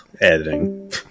editing